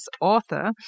author